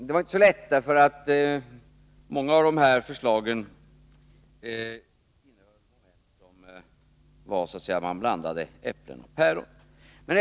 Det var inte så lätt därför att många av förslagen innehöll moment som så att säga innebär att man blandar äpplen med päron.